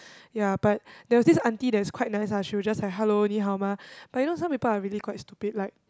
ya but there was this auntie that's quite nice ah she'll just like hello 你好吗 but you know some people are really quite stupid like